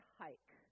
hike